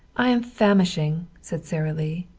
i am famishing, said sara lee.